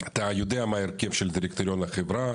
אתה יודע מה ההרכב של דירקטוריון החברה